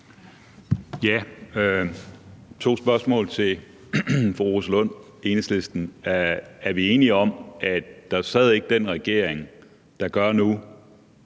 har to spørgsmål til fru Rosa Lund, Enhedslisten. Er vi enige om, at der ikke sad den regering, der gør nu,